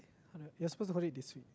you're supposed to hold it this way